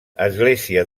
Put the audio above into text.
església